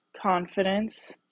confidence